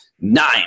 nine